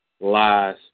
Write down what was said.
lies